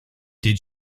did